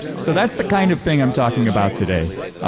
so that's the kind of thing i'm talking about today.